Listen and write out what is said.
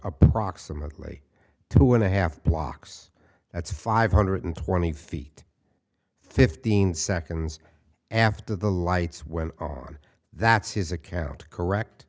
approximately two and a half blocks that's five hundred twenty feet fifteen seconds after the lights went on that's his account correct